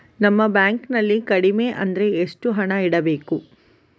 ನಮ್ಮ ಬ್ಯಾಂಕ್ ನಲ್ಲಿ ಕಡಿಮೆ ಅಂದ್ರೆ ಎಷ್ಟು ಹಣ ಇಡಬೇಕು?